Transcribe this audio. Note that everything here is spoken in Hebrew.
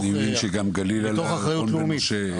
אני מבין שגם גליל היה, יעל